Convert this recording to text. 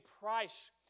price